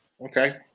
Okay